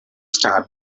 start